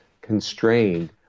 constrained